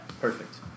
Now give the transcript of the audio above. Perfect